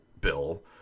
bill